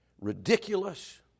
Ridiculous